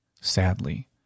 sadly